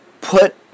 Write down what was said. put